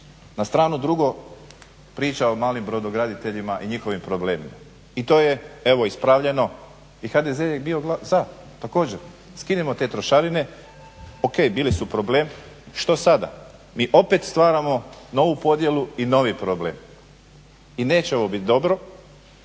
Na stranu drugo priča o malim brodograditeljima i njihovim problemima. I to je evo ispravljeno i HDZ je bio za također. Skinimo te trošarine. O.k. bili su problemi. Što sada? Mi opet stvaramo novu podjelu i novi problem i neće ovo bit dobro,